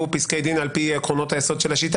פסקי דין על פי עקרונות היסוד של השיטה.